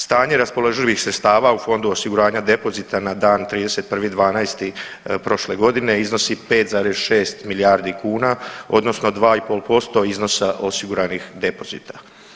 Stanje raspoloživih sredstava u fondu osiguranja depozita na dan 31.12. prošle godine iznosi 5,6 milijardi kuna odnosno 2,5% iznosa osiguranih depozita.